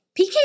PK